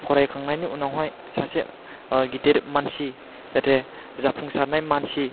फरायखांनायनि उनाव हाय सासे गिदिर मानसि जाहाथे जाफुंसारनाय मानसि